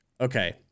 Okay